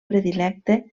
predilecte